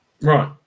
Right